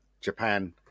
Japan